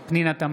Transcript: (קורא בשם חברת הכנסת) פנינה תמנו,